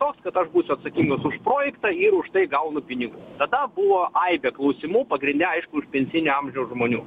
toks kad aš būsiu atsakingas už projektą ir už tai gaunu pinigų tada buvo aibė klausimų pagrinde aišku iš pensinio amžiaus žmonių